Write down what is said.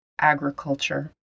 agriculture